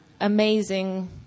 amazing